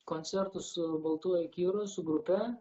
koncertų su baltuoju kiru su grupe